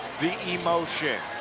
the emotion.